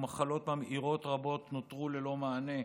ומחלות ממאירות רבות נותרו ללא מענה,